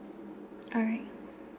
alright